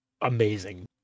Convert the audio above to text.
amazing